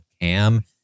Cam